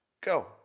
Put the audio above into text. Go